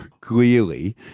clearly